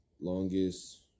Longest